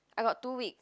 I got two weeks